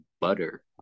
butter